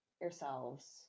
yourselves